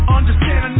Understand